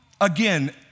Again